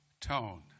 tone